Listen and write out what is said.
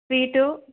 sweet